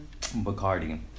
Bacardi